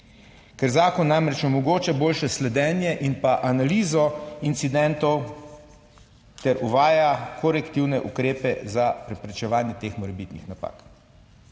Ker zakon namreč omogoča boljše sledenje in pa analizo incidentov ter uvaja korektivne ukrepe za preprečevanje teh morebitnih napak.